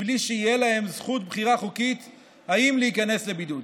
מבלי שתהיה להם זכות בחירה חוקית אם להיכנס לבידוד.